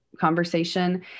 conversation